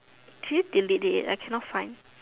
did she delete it I cannot find